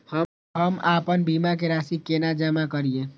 हम आपन बीमा के राशि केना जमा करिए?